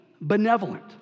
benevolent